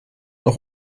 noch